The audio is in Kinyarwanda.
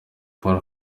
paul